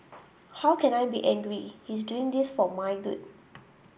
how can I be angry he is doing this for my good